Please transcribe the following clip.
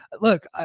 look